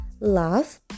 love